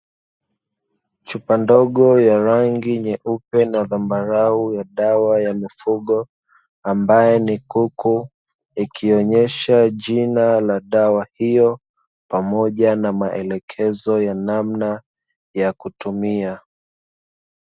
Chupa ndogo ya rangi nyeupe na zambarau ya dawa ya mifugo, ambaye ni kuku ikionyesha jina la dawa hiyo pamoja na maelekezo ya namna ya kutumia.